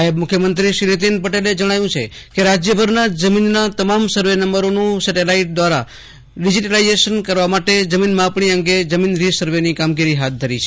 નાયબ મુખ્યમંત્રી નીતિન પટેલે જણાવ્યું છે કેરાજયભરનાં જમીનના તમામ સર્વે નંબરોન્ડ્ સેટેલાઈટ દ્વારા ડિઝીટલાઈઝેશન કરવા માટે જમીન માપણી અંગે જમીન રી સરવેની કામગીરી હાથ ધરી છે